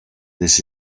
this